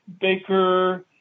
Baker